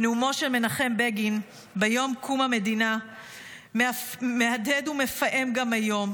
נאומו של מנחם בגין ביום קום המדינה מהדהד ומפעם גם היום,